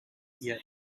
yet